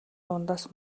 дундаас